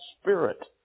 Spirit